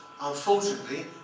Unfortunately